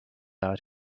out